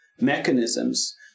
mechanisms